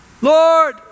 Lord